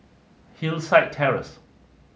Hillside Terrace